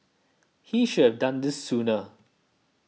he should done this sooner